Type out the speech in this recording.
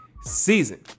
season